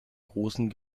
großen